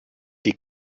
die